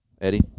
Eddie